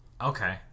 Okay